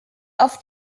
auf